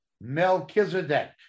Melchizedek